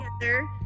together